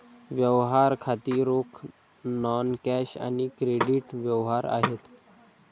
व्यवहार खाती रोख, नॉन कॅश आणि क्रेडिट व्यवहार आहेत